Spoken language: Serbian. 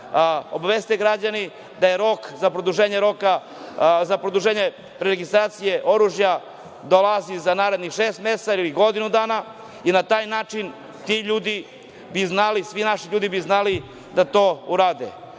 obaveste građani da rok za produženje registracije oružja dolazi za narednih šest meseci ili godinu dana i na taj način ti ljudi bi znali, svi naši ljudi bi znali, da to urade. Velika